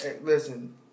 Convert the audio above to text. Listen